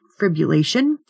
fibrillation